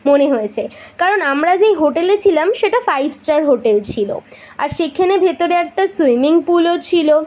মনে হয়েছে কারণ আমরা যেই হোটেলে ছিলাম সেটা ফাইভ স্টার হোটেল ছিল আর সেখানে ভিতরে একটা সুইমিং পুলও ছিল